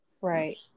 Right